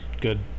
good